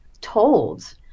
told